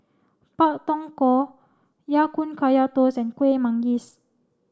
Pak Thong Ko Ya Kun Kaya Toast and Kueh Manggis